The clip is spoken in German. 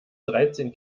dreizehn